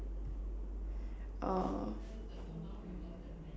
um